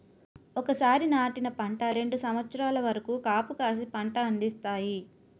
ఒకసారి నాటిన పంట రెండు సంవత్సరాల వరకు కాపుకాసి పంట అందిస్తాయి